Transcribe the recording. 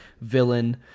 villain